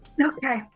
Okay